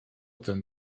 ten